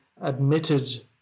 admitted